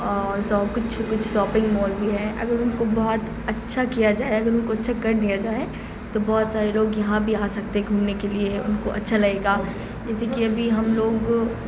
اور سو کچھ کچھ شاپنگ مال بھی ہے اگر ان کو بہت اچھا کیا جائے اگر ان کو اچھا کر دیا جائے تو بہت سارے لوگ یہاں بھی آ سکتے گھومنے کے لیے ان کو اچھا لگے گا جیسے کہ ابھی ہم لوگ